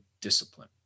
discipline